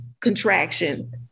contraction